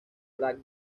brad